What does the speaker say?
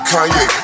Kanye